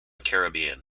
caribbean